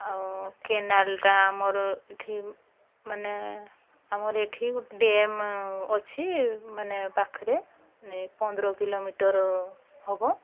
ଆଉ କେନାଲ୍ଟା ଆମର ଏଠି ମାନେ ଆମର ଏଠି ଗୋଟିଏ ଡ୍ୟାମ୍ ଅଛି ମାନେ ପାଖରେ ପନ୍ଦର କିଲୋମିଟର ହେବ